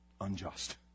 unjust